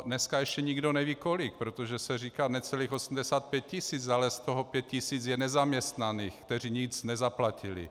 Dneska ještě nikdo neví kolik, protože se říká necelých 85 tisíc, ale z toho 5 tisíc je nezaměstnaných, kteří nic nezaplatili.